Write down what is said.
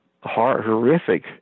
horrific